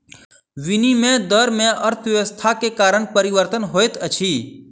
विनिमय दर में अर्थव्यवस्था के कारण परिवर्तन होइत अछि